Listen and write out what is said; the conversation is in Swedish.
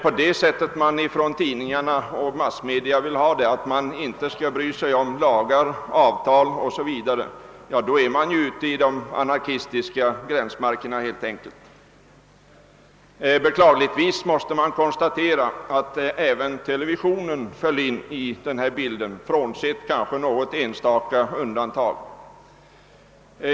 Ville tidningar och massmedia att man inte skulle bry sig om lagar, avtal o.s. v.? Då skulle man ju vara ute i de anarkistiska gränsområdena. Beklagligtvis måste man konstatera att även televisionen gjorde på samma sätt, dock frånsett något enstaka undantag.